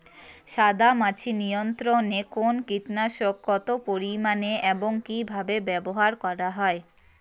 সাদামাছি নিয়ন্ত্রণে কোন কীটনাশক কত পরিমাণে এবং কীভাবে ব্যবহার করা হয়?